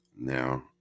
Now